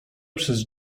przez